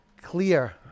clear